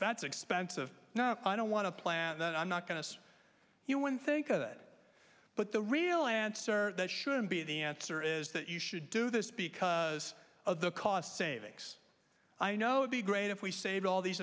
that's expensive no i don't want to plan that i'm not going to sit here when think of it but the real answer that should be the answer is that you should do this because of the cost savings i know it be great if we saved all these